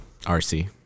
RC